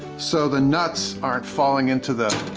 so the nuts aren't falling into the